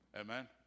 Amen